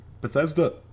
Bethesda